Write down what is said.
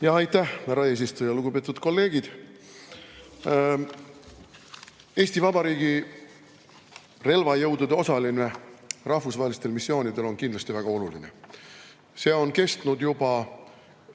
Aitäh, härra eesistuja! Lugupeetud kolleegid! Eesti Vabariigi relvajõudude osalemine rahvusvahelistel missioonidel on kindlasti väga oluline. See on kestnud juba